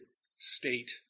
state